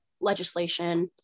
legislation